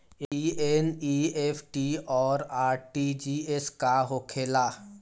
ई एन.ई.एफ.टी और आर.टी.जी.एस का होखे ला?